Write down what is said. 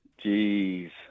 Jeez